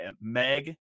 Meg